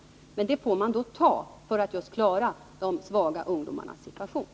Men det får man godta för att klara de svaga ungdomarnas situation.